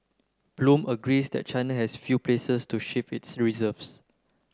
bloom agrees that China has few places to shift its reserves